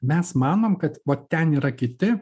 mes manom kad va ten yra kiti